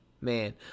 man